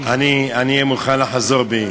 אני אהיה מוכן לחזור בי.